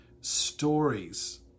stories